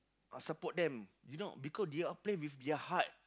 support them you know because they are play with their heart